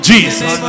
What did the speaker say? Jesus